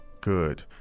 Good